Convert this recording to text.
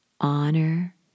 Honor